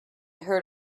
heard